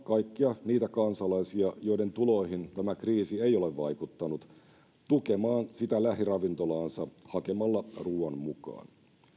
kaikkia niitä kansalaisia joiden tuloihin tämä kriisi ei ole vaikuttanut tukemaan sitä lähiravintolaansa hakemalla ruoan mukaan